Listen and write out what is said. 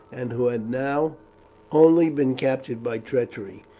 and who had now only been captured by treachery.